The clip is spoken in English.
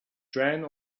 joanne